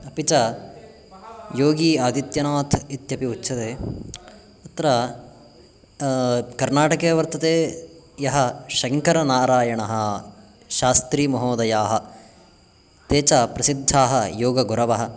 अपि च योगी आदित्यनाथः इत्यपि उच्यते अत्र कर्नाटके वर्तते यः शङ्करनारायणः शास्त्रीमहोदयाः ते च प्रसिद्धाः योगगुरवः